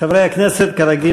תמר זנדברג,